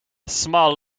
small